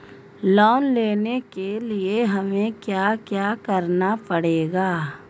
Loan लेने के लिए हमें क्या क्या करना पड़ेगा?